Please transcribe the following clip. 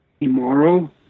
immoral